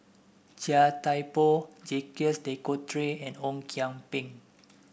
Chia Thye Poh Jacques De Coutre and Ong Kian Peng